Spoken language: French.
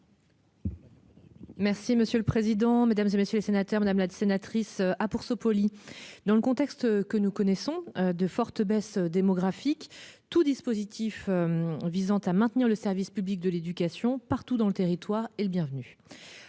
Merci monsieur le président, Mesdames, et messieurs les sénateurs, madame la sénatrice. Ah pour se. Dans le contexte que nous connaissons de forte baisse démographique tout dispositif. Visant à maintenir le service public de l'éducation partout dans le territoire est le bienvenu.